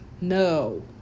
no